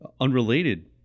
unrelated